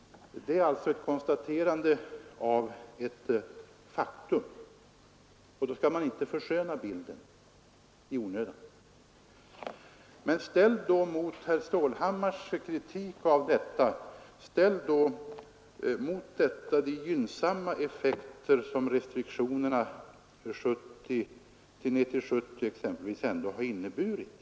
Detta är ett konstaterande av ett faktum, och då skall man inte försköna bilden i onödan. Men ställ då mot herr Stålhammars kritik av detta de gynnsamma effekter som restriktionerna från 90 till 70 ändå har inneburit.